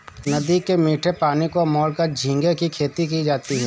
नदी के मीठे पानी को मोड़कर झींगे की खेती की जाती है